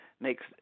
makes